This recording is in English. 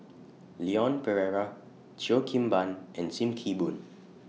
Leon Perera Cheo Kim Ban and SIM Kee Boon